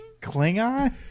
Klingon